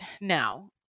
now